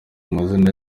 amazina